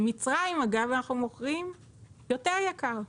למצרים, אגב, אנחנו מוכרים יותר יקר.